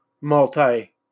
multi